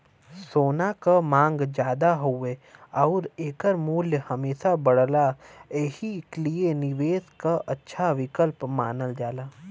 सोना क मांग जादा हउवे आउर एकर मूल्य हमेशा बढ़ला एही लिए निवेश क अच्छा विकल्प मानल जाला